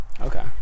Okay